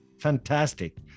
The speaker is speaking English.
fantastic